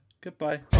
Goodbye